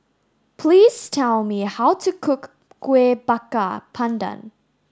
please tell me how to cook Kueh Bakar Pandan